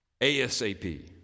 ASAP